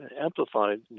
amplified